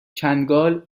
چنگال